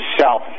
south